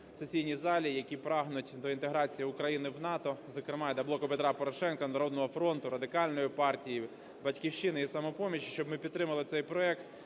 в сесійні залі, які прагнуть інтеграції України в НАТО, зокрема й до "Блоку Петра Порошенка", і до "Народного фронту", Радикальної партії, "Батьківщини" і "Самопомочі", щоб ми підтримали цей проект,